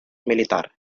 militar